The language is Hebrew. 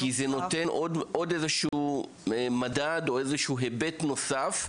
כי זה נותן עוד איזשהו מדד, עוד איזשהו היבט נוסף,